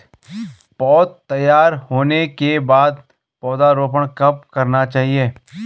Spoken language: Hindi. पौध तैयार होने के बाद पौधा रोपण कब करना चाहिए?